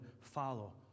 follow